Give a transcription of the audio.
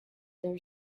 their